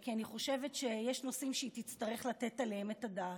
כי אני חושבת שיש נושאים שהיא תצטרך לתת עליהם את הדעת.